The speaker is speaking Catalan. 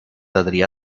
adrià